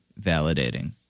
validating